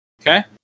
Okay